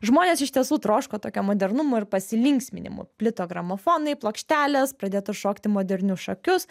žmonės iš tiesų troško tokio modernumo ir pasilinksminimų plito gramofonai plokštelės pradėta šokti modernius šokius